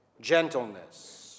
gentleness